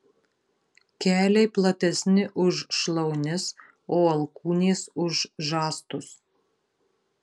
keliai platesni už šlaunis o alkūnės už žastus